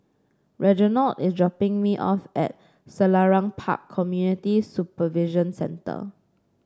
Reginald is dropping me off at Selarang Park Community Supervision Centre